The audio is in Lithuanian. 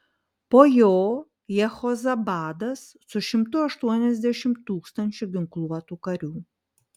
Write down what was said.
po jo jehozabadas su šimtu aštuoniasdešimt tūkstančių ginkluotų karių